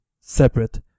separate